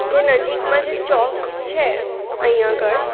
જે નજીકમાં જે ચોક છે અહીં આગળ